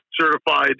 certified